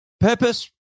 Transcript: purpose